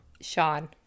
Sean